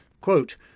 Quote